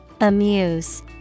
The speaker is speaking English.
Amuse